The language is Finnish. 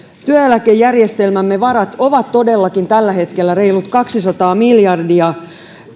työeläkejärjestelmämme varat ovat todellakin tällä hetkellä reilut kaksisataa miljardia